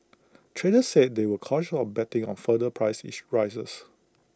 traders said they were cautious on betting on further price each rises